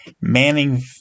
Manning